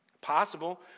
Possible